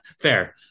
Fair